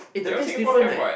eh the taste different right